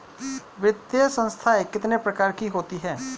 वित्तीय संस्थाएं कितने प्रकार की होती हैं?